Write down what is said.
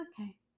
Okay